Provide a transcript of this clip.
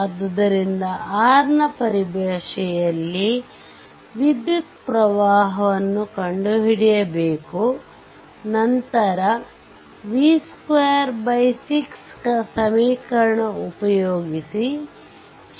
ಆದ್ದರಿಂದ R ನ ಪರಿಭಾಷೆಯಲ್ಲಿ ವಿದ್ಯುತ್ ಪ್ರವಾಹವನ್ನು ಕಂಡುಹಿಡಿಯಬೇಕು ನಂತರ v2R ಸಮೀಕರಣ ಉಪಯೋಗಿಸಿ